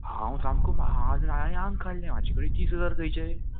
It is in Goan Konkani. हांव सामको आज हांवें आंग काडलें म्हाजे कडेन तीस हजार खंयचें